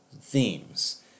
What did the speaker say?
themes